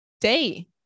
day